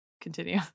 Continue